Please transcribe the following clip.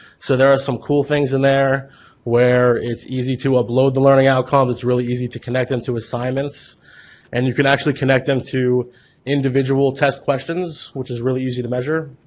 so there are some cool things in there where it's easy to upload the learning outcome, it's really easy to connect them to assignment and you can actually connect them to individual test questions which is really easy to measure,